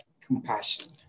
compassion